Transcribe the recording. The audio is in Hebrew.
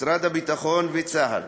משרד הביטחון וצה"ל